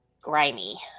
Grimy